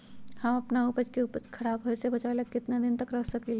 हम अपना प्याज के ऊपज के खराब होबे पहले कितना दिन तक रख सकीं ले?